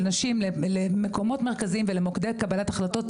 נשים למקומות מרכזיים ולמוקדי קבלת ההחלטות,